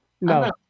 No